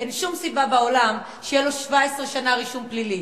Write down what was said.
אין שום סיבה בעולם שיהיה לו 17 שנה רישום פלילי.